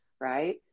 right